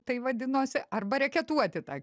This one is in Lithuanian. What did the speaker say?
tai vadinosi arba reketuoti tą